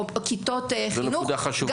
או כיתות חינוך,